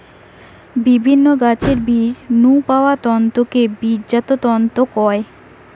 বিভিন্ন গাছের বীজ নু পাওয়া তন্তুকে বীজজাত তন্তু কয়